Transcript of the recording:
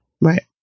Right